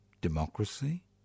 democracy